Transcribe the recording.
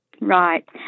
Right